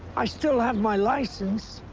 i still have my license.